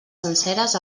senceres